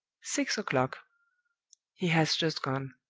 six o'clock he has just gone.